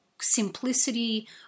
simplicity